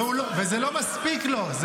וזה לא מספיק לו.